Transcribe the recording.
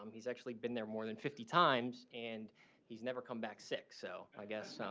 um he's actually been there more than fifty times, and he's never come back sick. so, i guess.